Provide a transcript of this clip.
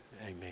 Amen